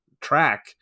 track